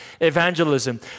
Evangelism